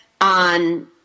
on